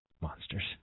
Monsters